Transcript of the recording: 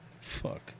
Fuck